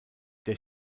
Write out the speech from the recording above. der